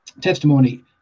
testimony